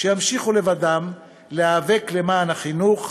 שימשיכו לבדם להיאבק למען החינוך,